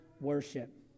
worship